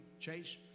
Chase